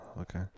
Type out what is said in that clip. okay